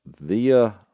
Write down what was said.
Via